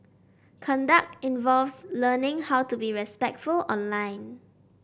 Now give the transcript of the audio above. conduct involves learning how to be respectful online